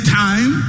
time